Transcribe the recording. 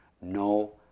no